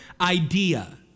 idea